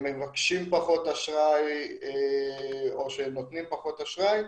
מבקשים פחות אשראי או שנותנים להם פחות אשראי,